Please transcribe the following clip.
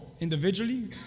individually